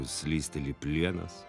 slysteli plienas